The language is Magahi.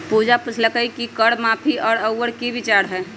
पूजा पुछलई कि कर माफी पर रउअर कि विचार हए